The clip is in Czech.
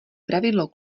pravidlo